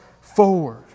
forward